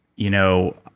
you know